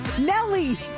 Nelly